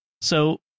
so-